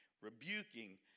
rebuking